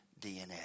DNA